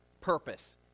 purpose